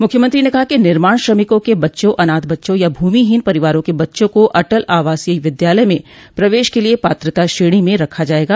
मुख्यमंत्री ने कहा कि निर्माण श्रमिकों के बच्चों अनाथ बच्चों या भूमिहीन परिवारों के बच्चों को अटल आवासीय विद्यालय में प्रवेश के लिये पात्रता श्रेणी में रखा जायेगा